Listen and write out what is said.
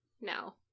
no